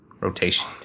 rotation